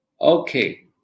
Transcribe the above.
Okay